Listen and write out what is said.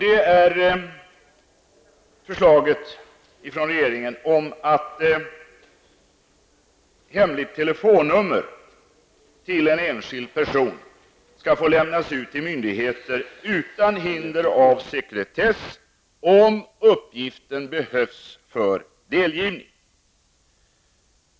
Det gäller förslaget från regeringen om att hemliga telefonnummer till enskilda personer skall få lämnas ut till myndigheter utan hinder av sekretess om uppgiften behövs för delgivning.